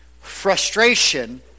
frustration